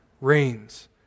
reigns